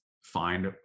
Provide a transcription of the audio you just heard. find